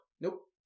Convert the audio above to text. Nope